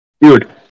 Dude